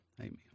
Amen